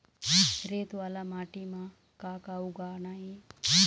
रेत वाला माटी म का का उगाना ये?